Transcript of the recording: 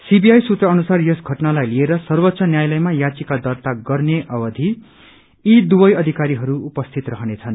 CBI सूत्र अनुसार यस घटनालाई लिएर सर्वोच्च न्यायालयमा याचिका दर्त्ता गर्ने अवधि यी दुवै अधिकारीहरू उपसित रहनेछन्